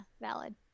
valid